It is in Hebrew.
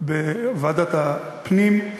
בוועדת הפנים.